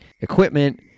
equipment